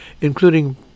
including